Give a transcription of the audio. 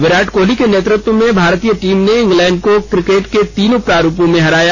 विराट कोहली के नेतृत्व में भारतीय टीम ने इंग्लैंड को क्रिकेट के तीनों प्रारूपों में हराया